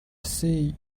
see